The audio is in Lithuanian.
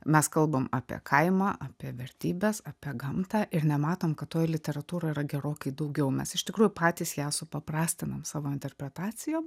mes kalbam apie kaimą apie vertybes apie gamtą ir nematom kad toj literatūroj yra gerokai daugiau mes iš tikrųjų patys ją supaprastinam savo interpretacijom